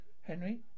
Henry